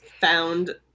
found